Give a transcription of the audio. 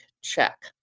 check